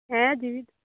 ᱦᱮᱸ ᱡᱩᱫᱤ